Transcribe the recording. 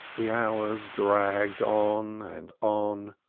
the hours dragged on and on,